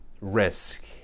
risk